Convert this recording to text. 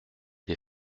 des